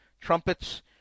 trumpets